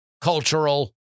cultural